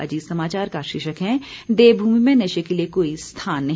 अजीत समाचार का शीर्षक है देवभूमि में नशे के लिये कोई स्थान नहीं